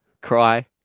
Cry